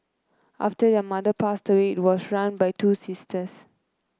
after their mother passed away was run by two sisters